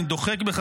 אני דוחק בך,